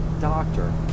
doctor